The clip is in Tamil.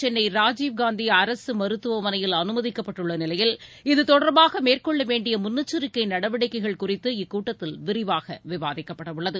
சென்னை ராஜீவ்காந்தி மருத்துவமனையில் அனுமதிக்கப்பட்டுள்ள நிலையில் இதுதொடர்பாக மேற்கொள்ள வேண்டிய அரசு முன்னெச்சரிக்கை நடவடிக்கைகள் குறித்து இக்கூட்டத்தில் விரிவாக விவாதிக்கப்படவுள்ளது